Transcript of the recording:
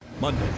Monday